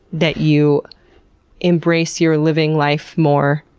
that you embrace your living life more?